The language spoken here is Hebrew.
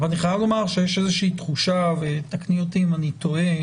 אני חייב לומר שיש איזושהי תחושה ותקני אותי אם אני טועה